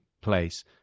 place